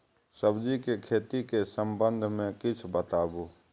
सब्जी के खेती के संबंध मे किछ बताबू?